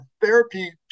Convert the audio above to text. Therapy